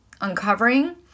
uncovering